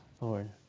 Lord